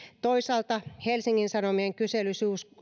toisaalta helsingin sanomien kysely